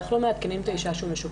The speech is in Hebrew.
איך לא מעדכנים את האישה שהיא משוחרר?